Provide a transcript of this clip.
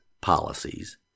policies